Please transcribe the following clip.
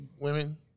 women